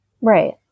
Right